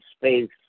space